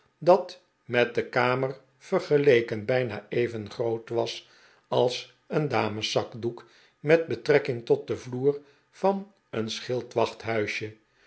dat met de kamer vergeleken bijna even groot was als een dameszakdoek met betrekking tot den vloer van een